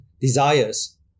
desires